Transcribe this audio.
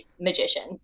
magicians